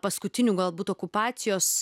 paskutinių galbūt okupacijos